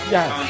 Yes